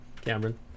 Cameron